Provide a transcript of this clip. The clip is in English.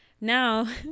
now